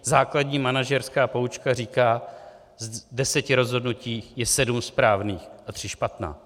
Základní manažerská poučka říká: z deseti rozhodnutí je sedm správných a tři špatná.